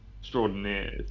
extraordinaire